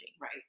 Right